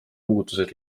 muutused